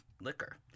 liquor